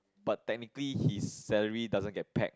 but technically his salary doesn't get pegged